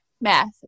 math